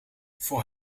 voor